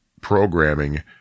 programming